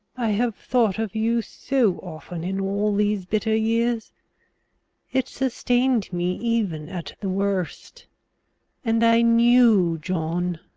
i have thought of you so often in all these bitter years it sustained me even at the worst and i knew, john,